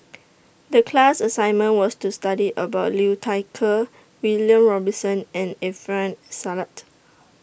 The class assignment was to study about Liu Thai Ker William Robinson and Alfian Sa'at